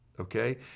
okay